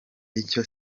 icyo